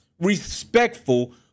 respectful